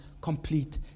complete